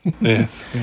Yes